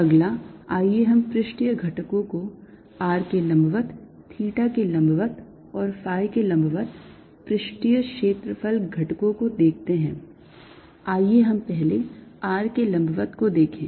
अगला आइए हम पृष्ठीय घटकों को r के लंबवत थीटा के लंबवत और phi के लंबवत पृष्ठीय क्षेत्रफल घटकों को देखते हैं आइए हम पहले r के लंबवत को देखें